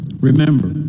Remember